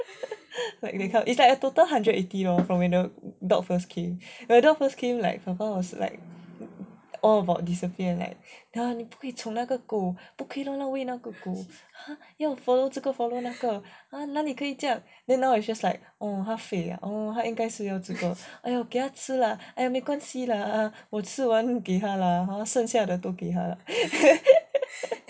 like it's a total hundred eighty lor from when the dog first came when the dog first came popo was like all about discipline and like ya 你不可以宠那个狗不可以乱乱喂那个狗要 follow 这个 follow 那个 !huh! 哪里可以这样 then now is just like orh 它废 ah 它应该是要吃饭 !aiya! 给她吃 lah !aiya! 没关系 lah 我吃不完给她 lah 剩下的都给他 lah